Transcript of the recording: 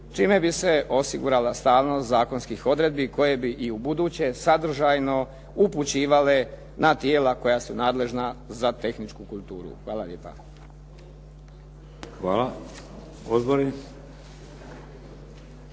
čime bi se osigurala stalnost zakonskih odredbi koje bi i u buduće sadržajno upućivale na tijela koja su nadležna za tehničku kulturu. Hvala lijepa. **Šeks,